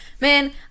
Man